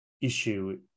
issue